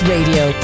Radio